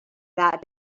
that